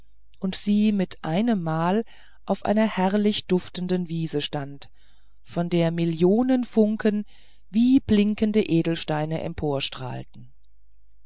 und sie mit einemmal auf einer herrlich duftenden wiese stand von der millionen funken wie blinkende edelsteine